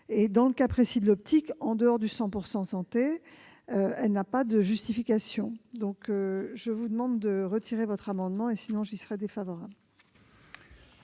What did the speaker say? Dans le cas précis de l'optique, en dehors du « 100 % santé », elle n'a pas de justification. Je vous demande donc de retirer votre amendement ; à défaut, j'y serai défavorable.